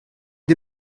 ils